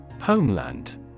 Homeland